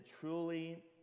truly